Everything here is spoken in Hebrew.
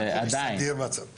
עדיין,